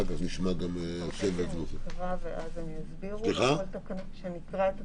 ואחר כך --- אתה רוצה שנקרא את התקנות,